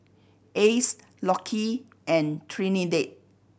Ace Lockie and Trinidad